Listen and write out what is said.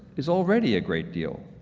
is already a great deal.